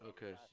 Okay